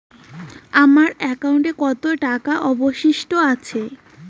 আমার একাউন্টে কত টাকা অবশিষ্ট আছে?